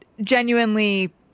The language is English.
genuinely